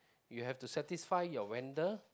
you have to satisfy your vendor